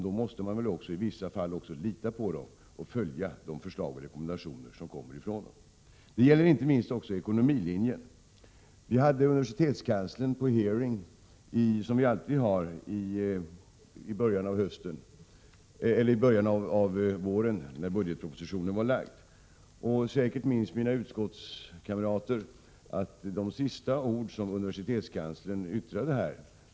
Då måste man väl också i vissa fall lita på och följa de förslag och rekommendationer som kommer därifrån. Inte minst gäller det också ekonomilinjen. Vi hade universitetskanslern på hearing, som vi alltid har i början av våren, när budgetpropositionen lagts fram. Säkert minns mina utskottskamrater de sista ord som universitetskanslern yttrade vid det tillfället.